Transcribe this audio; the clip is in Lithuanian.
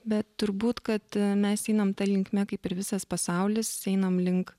bet turbūt kad mes einam ta linkme kaip ir visas pasaulis einam link